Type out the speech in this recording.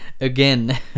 again